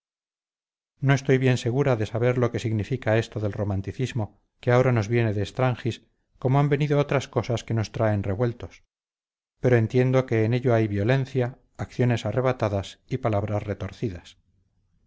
no estoy bien segura de saber lo que significa esto del romanticismo que ahora nos viene de extranjis como han venido otras cosas que nos traen revueltos pero entiendo que en ello hay violencia acciones arrebatadas y palabras retorcidas